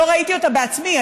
לא ראיתי אותה בעצמי,